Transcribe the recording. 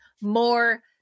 more